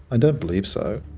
don't believe so.